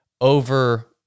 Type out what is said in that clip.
over